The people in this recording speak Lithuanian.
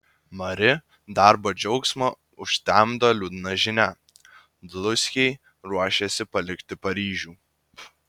mari darbo džiaugsmą užtemdo liūdna žinia dluskiai ruošiasi palikti paryžių